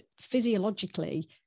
physiologically